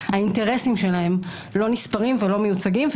האינטרסים שלהן לא נספרים ולא מיוצגים.